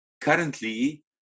Currently